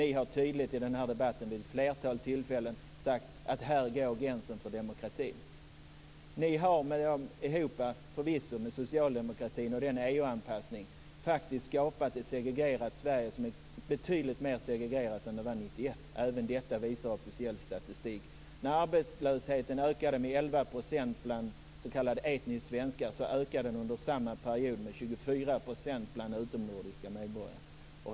Ni har tydligt i den här debatten vid ett flertal tillfällen sagt: Här går gränsen för demokratin. Ni har, förvisso tillsammans med Socialdemokraterna och EU-anpassningen, faktiskt skapat ett segregerat Sverige som är betydligt mer segregerat än det var 1991. Även detta visar officiell statistik. När arbetslösheten ökade med 11 % bland s.k. etniska svenskar ökade den under samma period med 24 % bland utomnordiska medborgare.